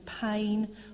pain